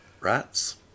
Rats